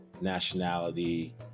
nationality